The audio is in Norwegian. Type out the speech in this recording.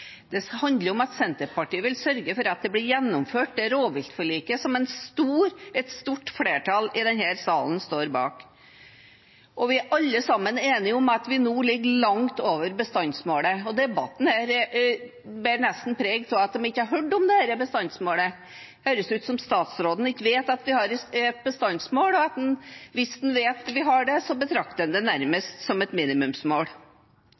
Norge. Det handler om at Senterpartiet vil sørge for gjennomføring av det rovviltforliket som et stort flertall i denne salen står bak. Vi er alle sammen enige om at vi nå ligger langt over bestandsmålet. Debatten her bærer nesten preg av at man ikke har hørt om dette bestandsmålet. Det høres ut som om statsråden ikke vet at vi har et bestandsmål, og at hvis han vet at vi har det, betrakter han det